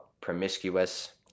promiscuous